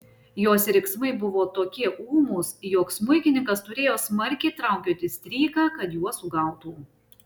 jos riksmai buvo tokie ūmūs jog smuikininkas turėjo smarkiai traukioti stryką kad juos sugautų